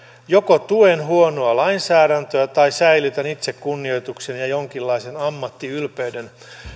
joko tuen huonoa lainsäädäntöä tai säilytän itsekunnioitukseni ja jonkinlaisen ammattiylpeyden